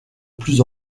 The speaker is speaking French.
plus